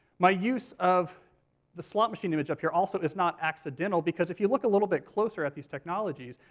my use of the slot machine image up here also is not accidental because if you look a little bit closer at these technologies,